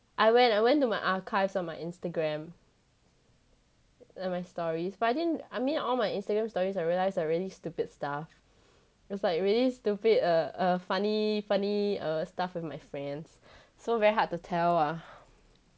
I went I went to my archives on my instagram like my stories but I didn't I mean all my instagram stories I realise are really stupid stuff it was like really stupid err funny funny err stuff with my friends so very hard to tell ah